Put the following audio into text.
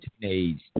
teenage